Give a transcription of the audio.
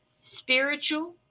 spiritual